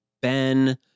Ben-